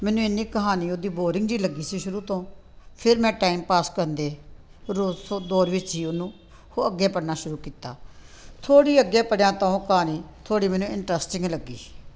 ਮੈਨੂੰ ਇੰਨੀ ਕਹਾਣੀ ਉਹਦੀ ਬੋਰਿੰਗ ਜਿਹੀ ਲੱਗੀ ਸੀ ਸ਼ੁਰੂ ਤੋਂ ਫਿਰ ਮੈਂ ਟੈਮ ਪਾਸ ਕਰਦੇ ਰੋਜ਼ ਸੋ ਦੌਰ ਵਿੱਚ ਹੀ ਉਹਨੂੰ ਅੱਗੇ ਪੜ੍ਹਨਾ ਸ਼ੁਰੂ ਕੀਤਾ ਥੋੜ੍ਹੀ ਅੱਗੇ ਪੜ੍ਹਿਆ ਤਾਂ ਉਹ ਕਹਾਣੀ ਥੋੜ੍ਹੀ ਮੈਨੂੰ ਇੰਟਰਸਟਿੰਗ ਲੱਗੀ